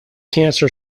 cancer